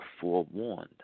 forewarned